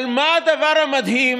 אבל מה הדבר המדהים?